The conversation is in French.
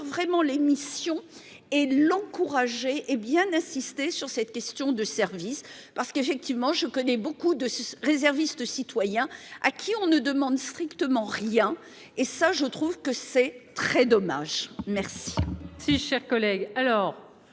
vraiment l'émission et l'encourager. Hé bien insister sur cette question de service parce qu'effectivement, je connais beaucoup de réservistes citoyen à qui on ne demande strictement rien, et ça je trouve que c'est très dommage. Merci.